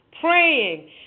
Praying